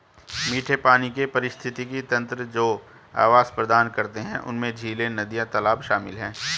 मीठे पानी के पारिस्थितिक तंत्र जो आवास प्रदान करते हैं उनमें झीलें, नदियाँ, तालाब शामिल हैं